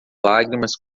lágrimas